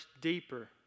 deeper